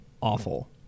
awful